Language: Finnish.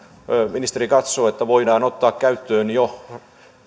ministeri katsoo että voidaan ottaa käyttöön jo